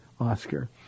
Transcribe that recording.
Oscar